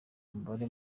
umubare